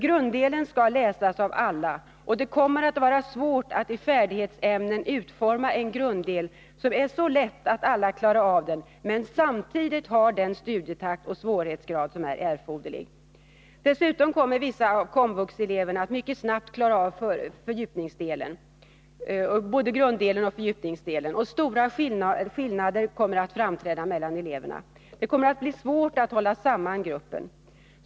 Grunddelen skall läsas av alla, och det kommer att vara mycket svårt att i färdighetsämnen utforma en grunddel som är så lätt att alla klarar av den men samtidigt har den studietakt och svårighetsgrad som här är erforderlig. Dessutom kommer vissa av KOMVUX-eleverna att mycket snabbt klara av både grunddelen och fördjupningsdelen. Stora skillnader mellan eleverna kommer snart att framträda. Det kommer att bli svårt att hålla samman gruppen.